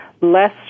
less